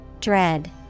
Dread